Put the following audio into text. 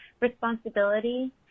responsibility